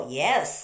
yes